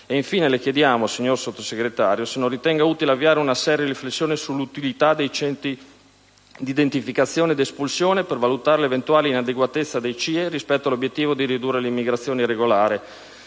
Infine, le chiediamo, signor Sottosegretario, se non ritenga utile avviare una seria riflessione sull'utilità dei centri di identificazione ed espulsione per valutare l'eventuale inadeguatezza dei CIE rispetto all'obiettivo di ridurre l'immigrazione irregolare,